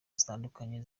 zitandukanye